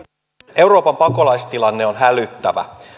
euroopan pakolaistilanne on hälyttävä